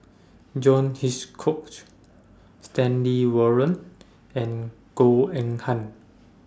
John Hitchcock Stanley Warren and Goh Eng Han